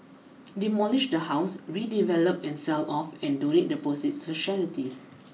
demolish the house redevelop and sell off and donate the proceeds to charity